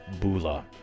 Bula